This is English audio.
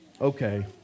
Okay